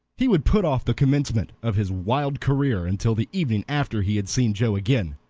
he would put off the commencement of his wild career until the evening after he had seen joe again.